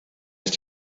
ist